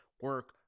Work